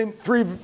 three